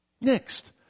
Next